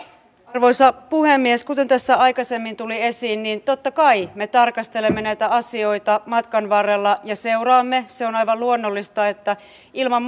arvoisa puhemies kuten tässä aikaisemmin tuli esiin niin totta kai me tarkastelemme näitä asioita matkan varrella ja seuraamme se on aivan luonnollista ilman